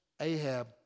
Ahab